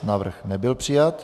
Návrh nebyl přijat.